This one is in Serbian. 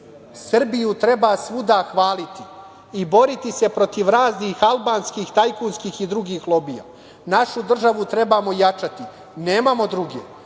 Srbiju treba svuda hvaliti i boriti se protiv raznih albanskih, tajkunskih i drugih lobija. Našu državu trebamo jačati, nemamo druge,